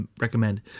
recommend